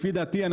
לפי דעתי,